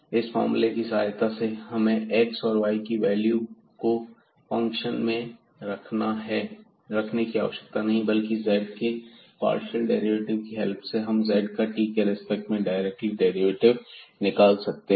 इस फार्मूले की सहायता से हमें x और y की वैल्यू को फंक्शन में रखने की आवश्यकता नहीं है बल्कि z के पार्शियल डेरिवेटिव की हेल्प से हम z का t के रेस्पेक्ट में डायरेक्टली डेरिवेटिव निकाल सकते हैं